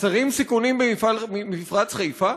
חסרים סיכונים במפרץ חיפה?